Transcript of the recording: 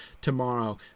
tomorrow